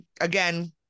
Again